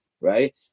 Right